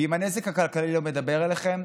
ואם הנזק הכלכלי לא מדבר אליכם,